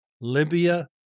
Libya